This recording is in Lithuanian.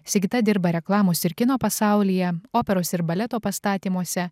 sigita dirba reklamos ir kino pasaulyje operos ir baleto pastatymuose